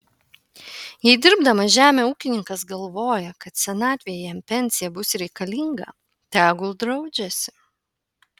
jei dirbdamas žemę ūkininkas galvoja kad senatvėje jam pensija bus reikalinga tegul draudžiasi